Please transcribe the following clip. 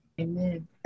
Amen